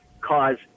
cause